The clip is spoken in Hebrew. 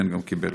גם קיבל.